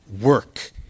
work